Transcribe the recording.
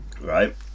Right